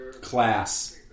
class